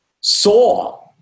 saw